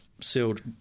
Sealed